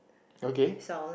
okay